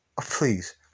Please